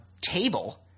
table